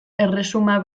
erresuma